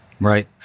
Right